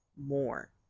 more